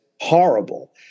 horrible